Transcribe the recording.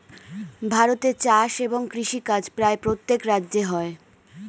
ভারতে চাষ এবং কৃষিকাজ প্রায় প্রত্যেক রাজ্যে হয়